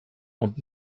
und